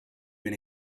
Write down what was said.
been